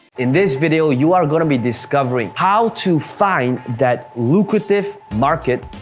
in this video, you are gonna be discovering how to find that lucrative market,